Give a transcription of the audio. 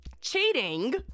Cheating